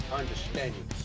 understanding